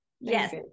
yes